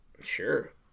Sure